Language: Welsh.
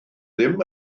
dim